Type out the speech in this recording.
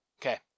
Okay